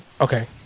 Okay